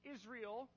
Israel